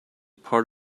part